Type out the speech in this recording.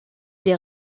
des